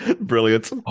Brilliant